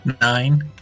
nine